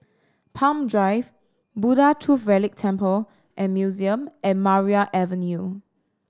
Palm Drive Buddha Tooth Relic Temple and Museum and Maria Avenue